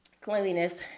Cleanliness